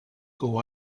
huwa